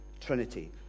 Trinity